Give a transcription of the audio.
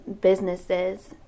businesses